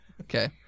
Okay